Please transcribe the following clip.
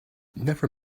never